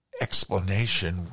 explanation